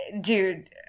dude